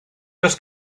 does